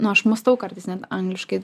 nu aš mąstau kartais net angliškai